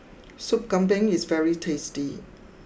Sup Kambing is very tasty